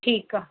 ठीकु आहे